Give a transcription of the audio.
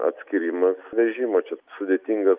atskyrimas vežimo čia sudėtingas